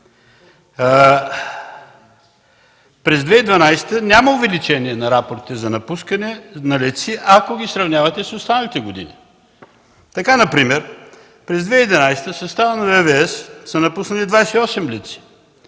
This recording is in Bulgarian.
През 2012 г. няма увеличение на рапорти за напускане на летци, ако ги сравнявате с останалите години. Например през 2011 г. съставът на ВВС са напуснали 28 летци,